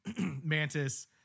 mantis